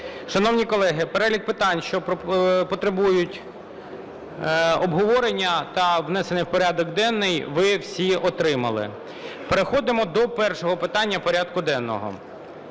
Шановні колеги, перелік питань, що потребують обговорення та внесення в порядок денний, ви всі отримали. Переходимо до першого питання порядку денного.